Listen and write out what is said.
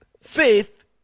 faith